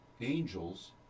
angels